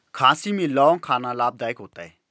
खांसी में लौंग खाना लाभदायक होता है